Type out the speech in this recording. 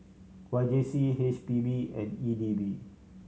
Y J C H P B and E D B